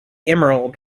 emerald